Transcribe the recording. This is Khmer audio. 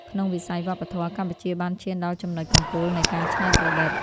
ក្នុងវិស័យវប្បធម៌ កម្ពុជាបានឈានដល់ចំណុចកំពូលនៃការច្នៃប្រឌិត។